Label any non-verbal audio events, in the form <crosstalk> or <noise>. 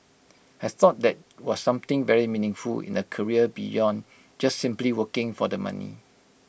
I thought that was something very meaningful in A career beyond <noise> just simply working for the money